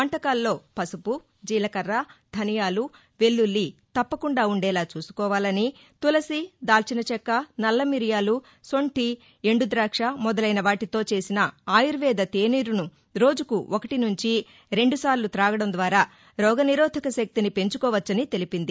వంటకాల్లో పసుపు జీలక్కర ధనియాలు వెల్లుల్లి తప్పకుండా ఉండేలా చూసుకోవాలని తులసి దాల్సిన చెక్క నల్ల మిరియాలు శొంఠి ఎండు ద్రాక్ష మొదలైన వాటితో చేసిన ఆయుర్వేద తేనీరును రోజుకు ఒకటి నుంచి రెండుసార్లు తాగడం ద్వారా రోగనిరోధక శక్తిని పెంచుకోవచ్చని తెలిపింది